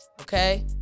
okay